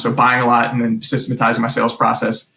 so, buying a lot and then systematizing my sales process,